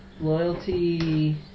Loyalty